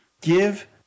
Give